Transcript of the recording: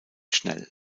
schnell